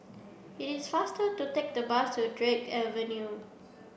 it is faster to take the bus to Drake Avenue